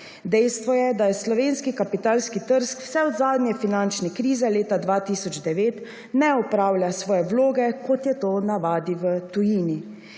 Dejstvo je, da slovenski kapitalski trg vse od zadnje finančne krize leta 2009 ne opravlja svoje vloge kot je to v navadi v tujini.